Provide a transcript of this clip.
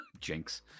Jinx